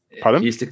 Pardon